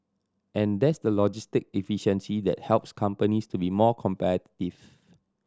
and that's the logistic efficiency that helps companies to be more competitive